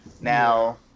Now